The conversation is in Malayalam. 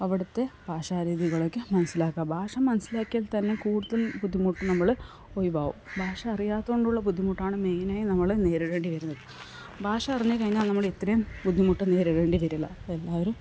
അവിടത്തെ ഭാഷാരീതികളൊക്കെ മനസ്സിലാക്കുക ഭാഷ മനസ്സിലാക്കിയാൽ തന്നെ കൂടുതൽ ബുദ്ധിമുട്ട് നമ്മള് ഒഴിവാകും ഭാഷ അറിയാത്തതുകൊണ്ടുള്ള ബുദ്ധിമുട്ടാണ് മെയിനായും നമ്മള് നേരിടേണ്ടി വരുന്നത് ഭാഷ അറിഞ്ഞു കഴിഞ്ഞാല് നമ്മള് ഇത്രയും ബുദ്ധിമുട്ട് നേരിടേണ്ടി വരില്ല എല്ലാവരും